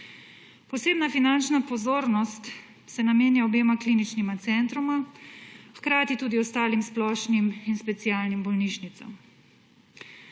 Posebna finančna pozornost se namenjajo obema kliničnima centroma, hkrati tudi ostalim splošnim in specialnim bolnišnicam.